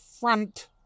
front